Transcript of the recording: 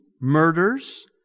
murders